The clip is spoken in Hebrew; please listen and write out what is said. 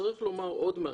צריך לומר עוד משהו.